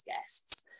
guests